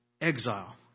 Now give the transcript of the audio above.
exile